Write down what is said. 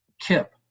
Kip